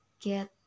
get